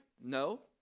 no